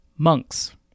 Monks